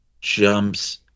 jumps